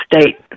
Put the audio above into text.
state